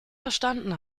verstanden